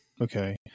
Okay